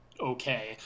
okay